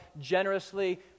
generously